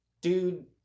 Dude